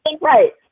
right